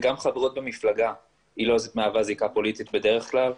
גם חברות במפלגה לא מהווה זיקה פוליטית בדרך כלל,